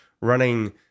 running